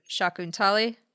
Shakuntali